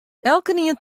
elkenien